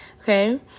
okay